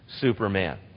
Superman